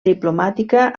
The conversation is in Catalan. diplomàtica